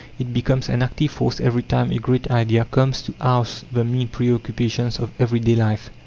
it becomes an active force every time a great idea comes to oust the mean preoccupations of everyday life.